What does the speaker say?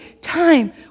time